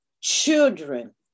Children